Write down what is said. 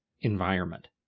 environment